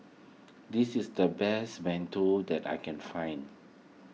this is the best Mantou that I can find